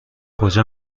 کجا